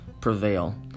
prevail